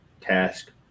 task